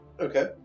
Okay